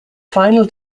final